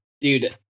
Dude